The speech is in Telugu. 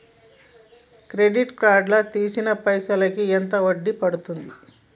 క్రెడిట్ కార్డ్ లా తీసిన పైసల్ కి ఎంత వడ్డీ పండుద్ధి?